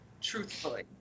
truthfully